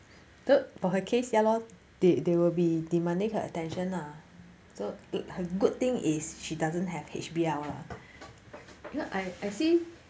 so for her case ya lor they they will be demanding her attention lah so uh good thing is she doesn't have H_B_L you know I I see